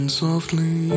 softly